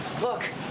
Look